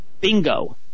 Bingo